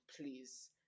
Please